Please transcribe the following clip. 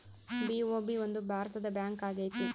BOB ಒಂದು ಭಾರತದ bank ಆಗೈತೆ